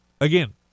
Again